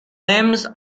limbs